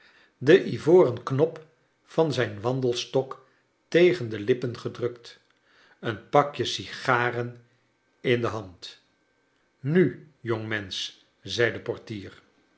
den ivoren knop van zijn wandelstok tegen de lippen gedrukt een pakje sigaren in de hand nu jongmensch zei de portier